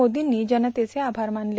मोदींनी जनतेचं आभार मानले